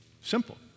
Simple